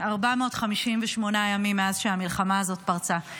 458 ימים מאז שהמלחמה הזאת פרצה.